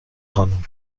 خانم